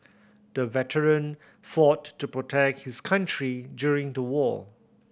the veteran fought to protect his country during the war